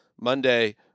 Monday –